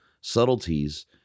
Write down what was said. subtleties